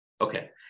Okay